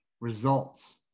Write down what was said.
results